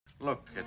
Look